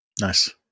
Nice